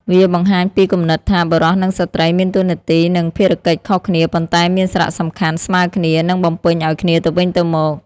វាបង្ហាញពីគំនិតថា បុរសនិងស្ត្រីមានតួនាទី និងភារកិច្ចខុសគ្នា ប៉ុន្តែមានសារៈសំខាន់ស្មើគ្នា និងបំពេញឲ្យគ្នាទៅវិញទៅមក។